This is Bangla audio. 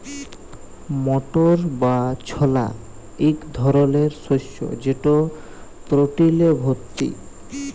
মটর বা ছলা ইক ধরলের শস্য যেট প্রটিলে ভত্তি